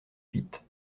huit